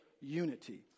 unity